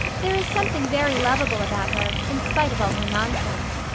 there is something very lovable about her, in spite of all her nonsense.